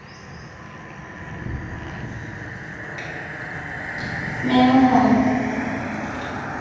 ᱢᱮᱱᱠᱷᱟᱱ